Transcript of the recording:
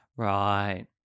Right